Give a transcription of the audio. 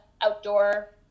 outdoor